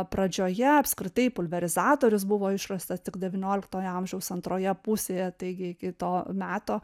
pradžioje apskritai pulverizatorius buvo išrastas tik devynioliktojo amžiaus antroje pusėje taigi iki to meto